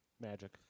Magic